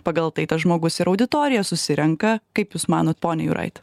pagal tai tas žmogus ir auditoriją susirenka kaip jūs manot pone juraitį